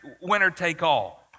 winner-take-all